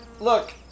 look